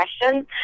questions